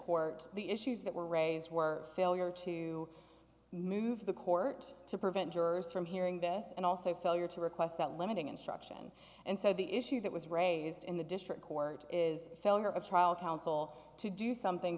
court the issues that were raised were failure to move the court to prevent jurors from hearing this and also failure to request that limiting instruction and so the issue that was raised in the district court is a failure of trial counsel to do something